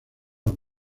los